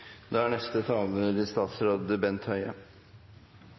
da omsorgsministeren, Bent Høie,